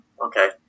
Okay